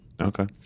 okay